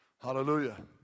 Hallelujah